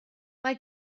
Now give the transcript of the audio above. mae